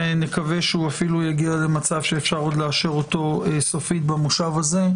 ונקווה שהוא אפילו יגיע למצב שאפשר לאשר אותו סופית במושב הזה,